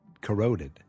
corroded